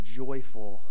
joyful